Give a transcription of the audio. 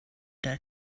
their